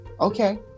okay